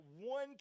one